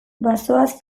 bazoaz